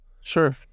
Sure